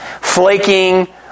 flaking